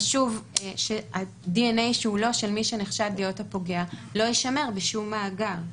חשוב שדנ"א שלא של מי שנחשד להיות הפוגע לא יישמר בשום מאגר.